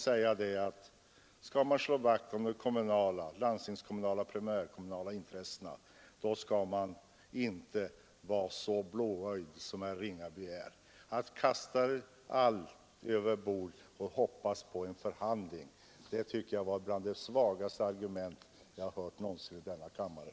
Skall man slå vakt om de landstingskommunala och primärkommunala intressena, får man inte vara så blåögd som herr Ringaby, som kastar allt över bord och hoppas på en förhandling. Det var ett av det svagaste argument jag någonsin hört i denna kammare.